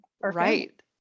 right